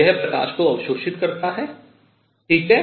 यह प्रकाश को अवशोषित करता है ठीक है